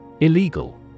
Illegal